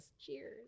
Cheers